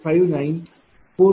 02 0